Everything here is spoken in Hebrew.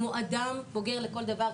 כמו אדם בוגר לכל דבר,